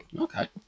Okay